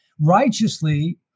righteously